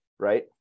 right